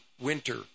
winter